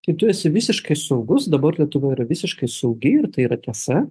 tai tu esi visiškai saugus dabar lietuva yra visiškai saugi ir tai yra tiesa